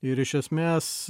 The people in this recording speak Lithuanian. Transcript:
ir iš esmės